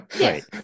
Right